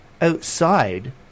outside